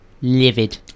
Livid